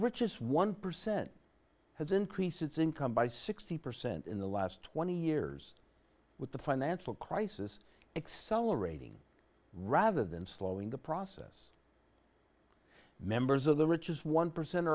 richest one percent has increased its income by sixty percent in the last twenty years with the financial crisis excel orating rather than slowing the process members of the richest one percent